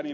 jnp